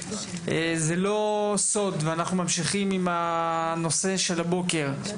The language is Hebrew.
זה לא סוד שאנחנו בעצם ממשיכים עם הנושא של הבוקר,